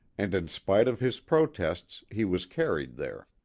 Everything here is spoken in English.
and in spite of his protests he was carried there.